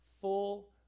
full